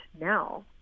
now